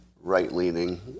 right-leaning